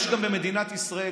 ואני גם רוצה לומר לך משהו.